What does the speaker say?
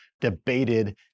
debated